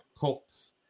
cults